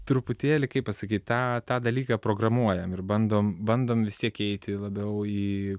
truputėlį kaip pasakyt tą tą dalyką programuojam ir bandom bandom vis tiek įeiti labiau į